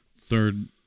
third